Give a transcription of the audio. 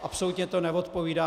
Absolutně to neodpovídá.